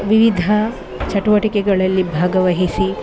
ವಿವಿಧ ಚಟುವಟಿಕೆಗಳಲ್ಲಿ ಭಾಗವಹಿಸಿ